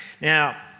Now